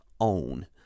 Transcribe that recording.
own